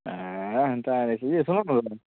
ଏଁ ହେନ୍ତା ହେସିଯେ ସୁନତ